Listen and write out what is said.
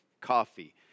coffee